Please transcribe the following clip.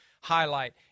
highlight